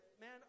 man